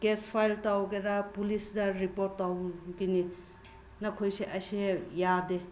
case file ꯇꯧꯒꯦꯔꯥ ꯄꯨꯂꯤꯁꯇ report ꯇꯧꯒꯅꯤ ꯅꯈꯣꯏꯁꯦ ꯑꯁꯦ ꯌꯥꯗꯦ